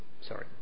sorry